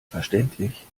verständlich